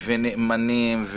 נאמנים,